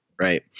right